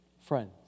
friends